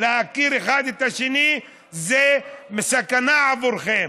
להכיר אחד את השני זה סכנה עבורכם,